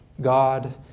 God